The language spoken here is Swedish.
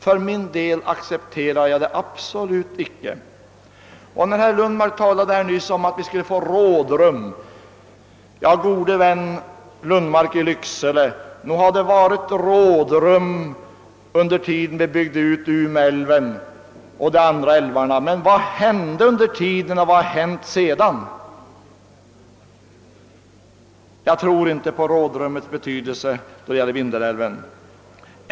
För min del accepterar jag det absolut icke. Herr Lundmark talade nyss här om att vi skulle få rådrum. Ja, gode vän Lundmark i Lycksele, nog har det varit rådrum under den tid då Umeälven och de andra älvarna byggdes ut! Men vad hände under tiden och vad har hänt sedan? Jag tror inte på rådrummets betydelse då det gäller Vindelälven.